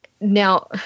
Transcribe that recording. Now